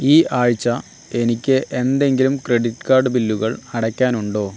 ഈ ആഴ്ച എനിക്ക് എന്തെങ്കിലും ക്രെഡിറ്റ് കാർഡ് ബില്ലുകൾ അടയ്ക്കാനുണ്ടോ